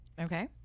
Okay